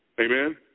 Amen